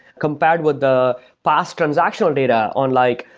compared with the past transactional data on like,